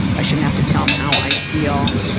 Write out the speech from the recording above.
i shouldn't have to tell em how i feel.